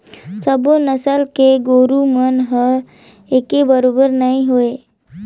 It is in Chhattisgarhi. सबो नसल के गोरु मन हर एके बरोबेर नई होय